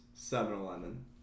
7-eleven